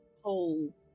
hole